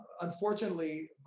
Unfortunately